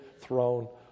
throne